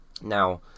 Now